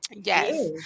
yes